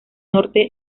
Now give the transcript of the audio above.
norte